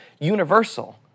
universal